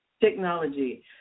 technology